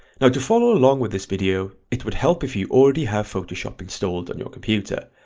now to follow along with this video it would help if you already have photoshop installed on your computer,